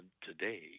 today